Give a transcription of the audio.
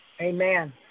Amen